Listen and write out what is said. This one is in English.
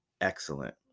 excellent